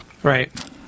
Right